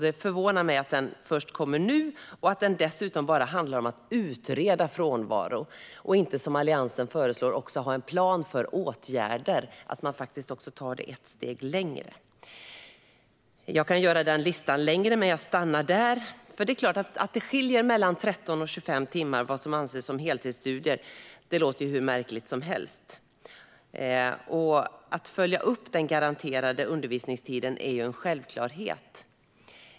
Det förvånar att den först kommer nu och att den dessutom bara handlar om att utreda frånvaro och inte som Alliansen föreslår att ha en plan för åtgärder så att man tar det ett steg längre. Jag kan göra listan längre, men jag stannar där. Att det skiljer mellan 13 och 25 timmar för vad som anses som heltidsstudier låter hur märkligt som helst. Att följa upp den garanterade undervisningstiden är en självklarhet.